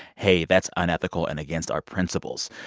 hey. that's unethical and against our principles.